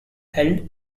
held